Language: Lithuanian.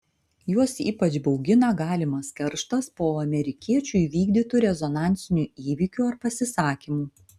juos ypač baugina galimas kerštas po amerikiečių įvykdytų rezonansinių įvykių ar pasisakymų